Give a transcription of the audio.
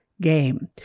game